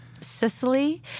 Sicily